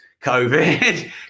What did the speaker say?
COVID